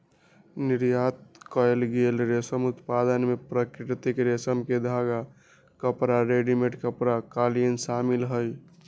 निर्यात कएल गेल रेशम उत्पाद में प्राकृतिक रेशम के धागा, कपड़ा, रेडीमेड कपड़ा, कालीन शामिल हई